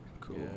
Cool